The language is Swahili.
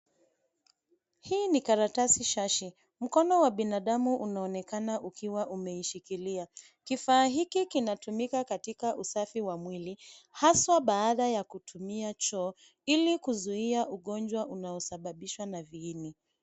Hii ni karatasi shashi. Mkono wa binadamu unaonekana ukiwa umeishikilia. Kifaa hiki kinatumika katika usafi wa mwili haswa baada ya kutumia choo ili kuzuia ugonjwa unaosababishwa na viini.